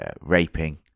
raping